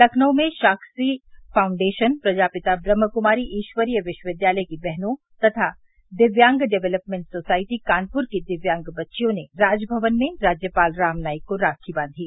लखनऊ में साक्षी फाउंडेशन प्रजापिता ब्रम्हक्मारी ईश्वरीय विश्वविद्यालय की बहनों तथा दिव्यांग डेवलेपमेंट सोसाइटी कानपुर की दिव्यांग बच्चियों ने राजमवन में राज्यपाल रामनाइक को राखी बांघी